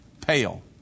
pale